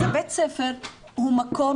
בית ספר הוא מקום,